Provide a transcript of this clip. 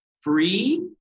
free